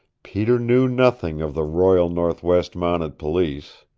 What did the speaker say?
peter knew nothing of the royal northwest mounted police.